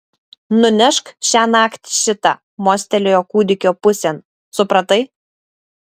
nunešk šiąnakt šitą mostelėjo kūdikio pusėn supratai